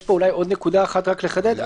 יש פה אולי עוד נקודה אחת רק לחדד.